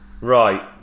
Right